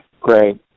Great